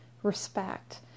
respect